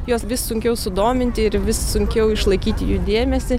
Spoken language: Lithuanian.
juos vis sunkiau sudominti ir vis sunkiau išlaikyti jų dėmesį